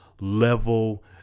level